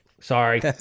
Sorry